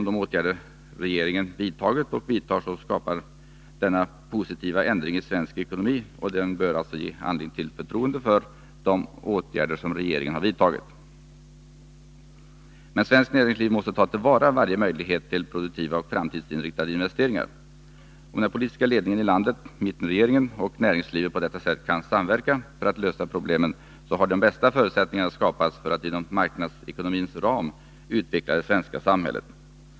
De åtgärder regeringen vidtagit och vidtar skapar denna positiva ändring i svensk ekonomi och bör alltså ge anledning till förtroende för regeringens åtgärder. Svenskt näringsliv måste ta till vara varje möjlighet till produktiva och framtidsinriktade investeringar. Om den politiska ledningen i landet — mittenregeringen — och näringslivet på detta sätt kan samverka för att lösa problemen, så har de bästa förutsättningarna skapats för att inom marknadsekonomins ram utveckla det svenska samhället.